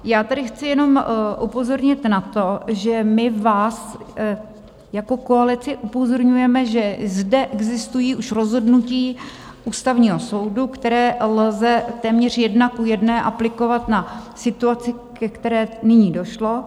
Já tady chci jenom upozornit na to, že my vás jako koalici upozorňujeme, že zde existují už rozhodnutí Ústavního soudu, která lze téměř jedna ku jedné aplikovat na situaci, ke které nyní došlo.